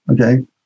okay